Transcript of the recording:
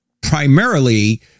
primarily